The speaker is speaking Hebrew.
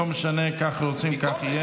למה, לא משנה, ככה רוצים, ככה יהיה.